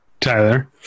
tyler